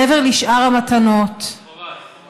מעבר לשאר המתנות, לכאורה, לכאורה.